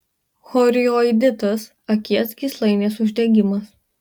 chorioiditas akies gyslainės uždegimas